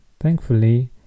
Thankfully